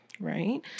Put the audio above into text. Right